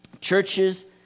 churches